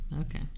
Okay